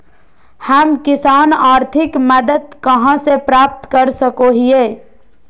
हम किसान आर्थिक मदत कहा से प्राप्त कर सको हियय?